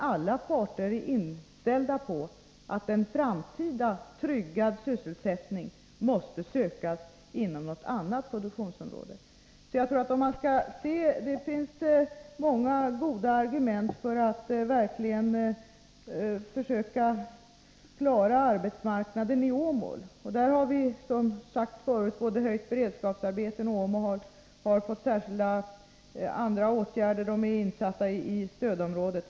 Alla parter är inställda på att en framtida tryggad sysselsättning måste sökas inom något annat produktionsområde. Det finns många goda argument för att verkligen försöka klara arbetsmarknaden i Åmål. Vi har, som sagts förut, både ökat beredskapsarbetena i Åmål och vidtagit andra särskilda åtgärder — bl.a. införlivat Åmål i stödområdet.